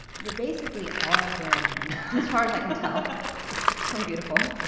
you basically are barry mann as far as i can tell from beautiful. ah